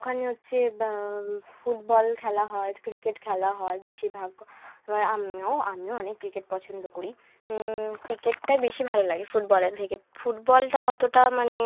ওখানে হচ্ছে বা ফুটবল খেলা হয় ক্রিকেট খেলা হয় বেশিরভাগ এবার আমিও আমিও অনেক ক্রিকেট পছন্দ করি ক্রিকেটটাই বেশি ভালো লাগে ফুটবলের থেকে ফুটবলটা অতটা মানে